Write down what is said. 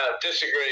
disagree